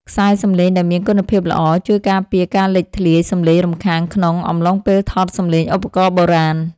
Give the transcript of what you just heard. ខ្សែសំឡេងដែលមានគុណភាពល្អ ជួយការពារការលេចធ្លាយសំឡេងរំខានក្នុងអំឡុងពេលថតសំឡេងឧបករណ៍បុរាណ។